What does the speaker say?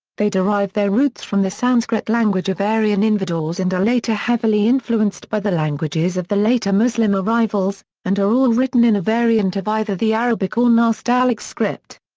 they derive their roots from the sanskrit language of aryan invadors and later heavily influenced by the languages of the later muslim arrivals, and are all written in a variant of either the arabic or nastaliq script.